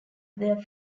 their